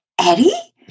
Eddie